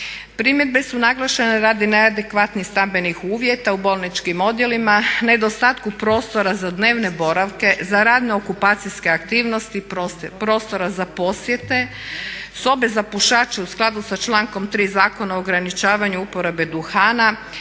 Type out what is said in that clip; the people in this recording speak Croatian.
Primjedbe su naglašene radi neadekvatnim stambenih uvjeta u bolničkim odjelima, nedostatku prostora za dnevne boravke, za radne okupacijske aktivnosti, prostora za posjete, sobe za pušače u skladu sa člankom 3. Zakona o ograničavanju uporabe duhana,